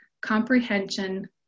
comprehension